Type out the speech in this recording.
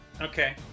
Okay